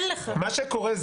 מה שקורה,